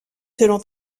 selon